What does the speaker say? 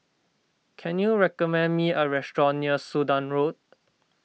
can you recommend me a restaurant near Sudan Road